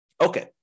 Okay